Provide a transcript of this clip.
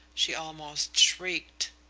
she almost shrieked.